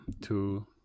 two